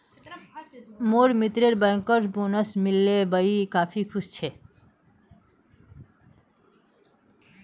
मोर मित्रक bankers bonus मिल ले वइ काफी खुश छ